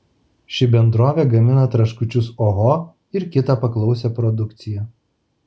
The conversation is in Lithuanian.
ši bendrovė gamina traškučius oho ir kitą paklausią produkciją